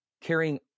carrying